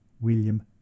William